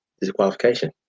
disqualification